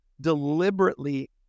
deliberately